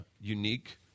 unique